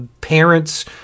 parents